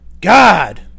God